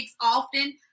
often